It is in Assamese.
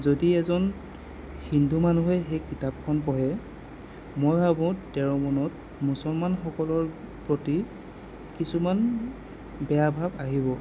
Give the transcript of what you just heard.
যদি এজন হিন্দু মানুহে সেই কিতাপখন পঢ়ে মই ভাবোঁ তেওঁৰ মনত মুছলমানসকলৰ প্ৰতি কিছুমান বেয়া ভাব আহিব